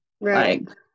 Right